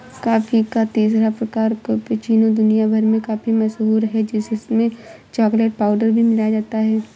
coffee का तीसरा प्रकार कैपेचीनो दुनिया भर में काफी मशहूर है जिसमें चॉकलेट पाउडर भी मिलाया जाता है